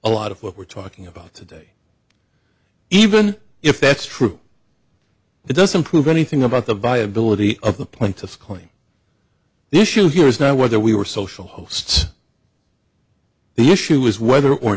a lot of what we're talking about today even if that's true it doesn't prove anything about the viability of the plaintiff claim the issue here is not whether we were social hosts the issue is whether or